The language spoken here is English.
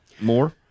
more